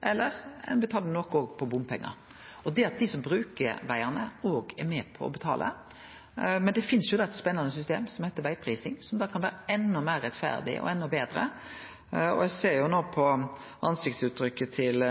eller at ein betaler nokre bompengar, det at dei som bruker vegane òg er med på å betale. Men det finst eit spennande system som heiter vegprising, som kan vere enda meir rettferdig og enda betre. Eg ser jo no på ansiktsuttrykket til